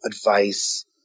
advice